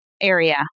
area